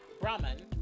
Brahman